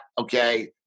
okay